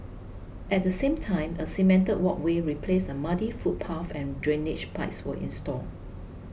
at the same time a cemented walkway replaced a muddy footpath and drainage pipes were installed